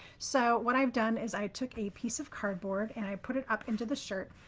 so what i've done is i took a piece of cardboard and i put it up into the shirt.